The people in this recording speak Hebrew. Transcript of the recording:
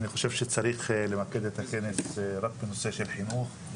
אני חושב שצריך לרכז את הכנס הזה רק בנושא של החינוך.